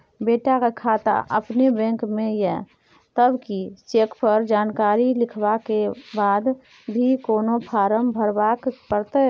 बेटा के खाता अपने बैंक में ये तब की चेक पर जानकारी लिखवा के बाद भी कोनो फारम भरबाक परतै?